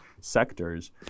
sectors